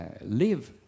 live